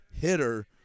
hitter